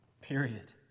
Period